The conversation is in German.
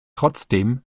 trotzdem